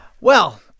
Well-